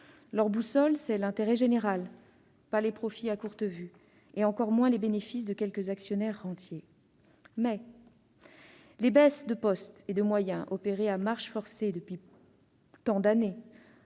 Leur boussole, c'est l'intérêt général, pas les profits à courte vue et encore moins les bénéfices de quelques actionnaires rentiers. Toutefois, les baisses de postes et de moyens, opérées à marche forcée depuis tant d'années,